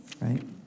Right